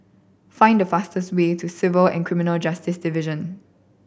find the fastest way to Civil and Criminal Justice Division